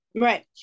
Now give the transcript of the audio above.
Right